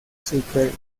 super